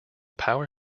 power